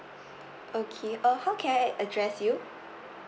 okay uh how can I address you